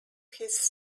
his